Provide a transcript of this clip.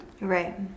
right